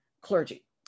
clergy